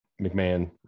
McMahon